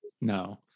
No